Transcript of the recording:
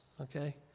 Okay